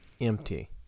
Empty